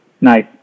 Nice